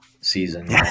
season